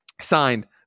Signed